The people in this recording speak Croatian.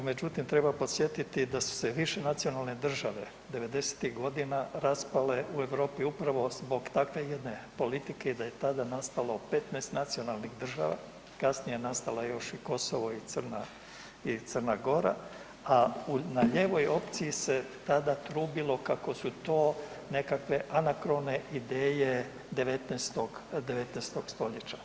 Međutim treba podsjetiti da su se višenacionalne države '90.-tih godina raspale u Europi upravo zbog takve jedne politike i da je tada nastalo 15 nacionalnih država, kasnije je nastala još i Kosovo i Crna Gora, a na lijevoj opciji se tada trubilo kako su to nekakve anakrone ideje 19. stoljeća.